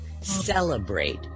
Celebrate